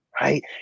right